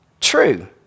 True